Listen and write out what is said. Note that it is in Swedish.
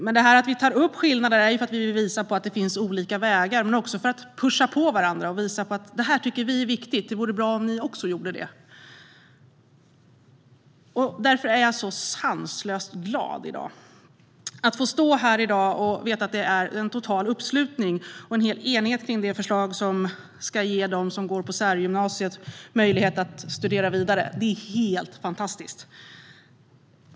Men att vi tar upp skillnader beror på att vi vill visa att det finns olika vägar och på att vi vill pusha på varandra: Det här tycker vi är viktigt, och det vore bra om ni också gjorde det! Därför är jag sanslöst glad att få stå här i dag och veta att det råder en total uppslutning och enighet kring det förslag som ska ge dem som går på särgymnasiet möjlighet att studera vidare. Det är helt fantastiskt!